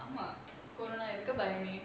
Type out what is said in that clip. ஆமா:aama corona இருக்க பயமேன்:iruka bayamaen